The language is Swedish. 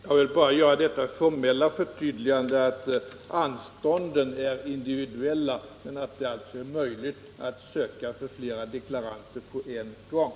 Herr talman! Jag vill bara göra det formella förtydligandet att anstånden är individuella men att det är möjligt att söka anstånd för flera deklaranter på en gång.